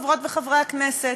חברות וחברי הכנסת.